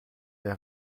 est